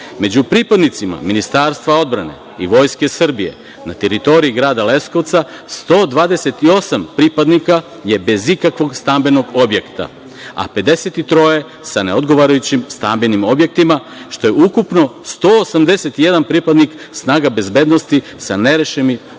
među pripadnicima Ministarstva odbrane i Vojske Srbije na teritoriji Grada Leskovca 128 pripadnika je bez ikakvog stambenog objekta a 53 sa neodgovarajućim stambenim objektima, što je ukupno 181 pripadnik snaga bezbednosti sa nerešenim